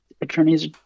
attorneys